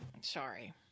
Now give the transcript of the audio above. Sorry